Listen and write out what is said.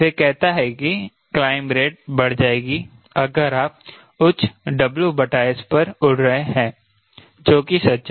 वह कहता है कि क्लाइंब रेट बढ़ जाएगी अगर आप उच्च WS पर उड़ रहे हैं जो कि सच है